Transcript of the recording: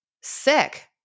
sick